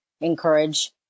encourage